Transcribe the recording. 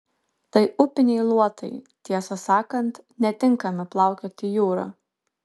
tai upiniai luotai tiesą sakant netinkami plaukioti jūra